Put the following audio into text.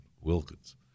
Wilkins